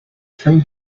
from